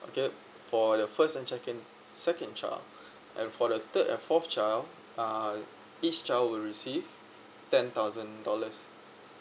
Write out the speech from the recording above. okay for the first and second second child and for the third and forth child uh each child will receive ten thousand dollars